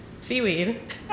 seaweed